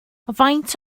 faint